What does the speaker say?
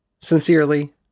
Sincerely